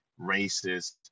racist